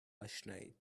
آشنایید